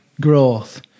growth